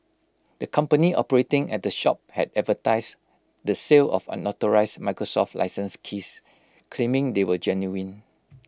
the company operating at the shop had advertised the sale of unauthorised Microsoft licence keys claiming they were genuine